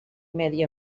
medi